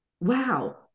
wow